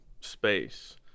space